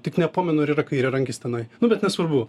tik nepamenu ar yra kairiarankis tenai nu bet nesvarbu